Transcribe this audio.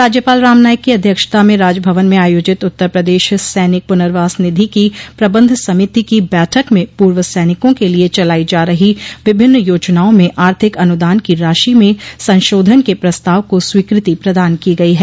राज्यपाल राम नाईक की अध्यक्षता में राजभवन में आयोजित उत्तर प्रदेश सैनिक पुनर्वास निधि की प्रबंध समिति की बैठक में पूर्व सैनिकों के लिये चलाई जा रही विभिन्न योजनाओं मे आर्थिक अनुदान की राशि में संशोधन के प्रस्ताव को स्वीकृति प्रदान की गई है